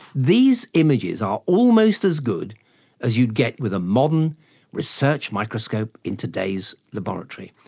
these images are almost as good as you'd get with a modern research microscope in today's laboratory.